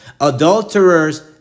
adulterers